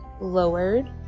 lowered